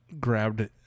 grabbed